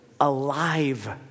alive